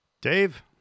Dave